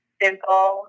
simple